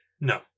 No